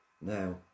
now